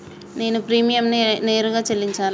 నేను ప్రీమియంని నేరుగా చెల్లించాలా?